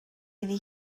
iddi